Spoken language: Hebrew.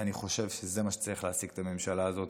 ואני חושב שזה מה שצריך להעסיק את הממשלה הזאת,